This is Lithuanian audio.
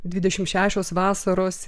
dvidešimt šešios vasaros